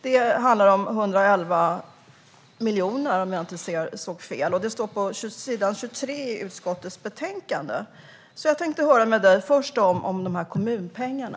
Det handlar om 111 miljoner, om jag inte såg fel. Det står på s. 23 i utskottets betänkande. Jag vill först höra med dig om kommunpengarna.